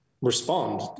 respond